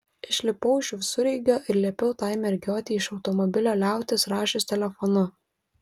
išlipau iš visureigio ir liepiau tai mergiotei iš automobilio liautis rašius telefonu